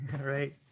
Right